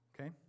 okay